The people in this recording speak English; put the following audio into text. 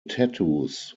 tattoos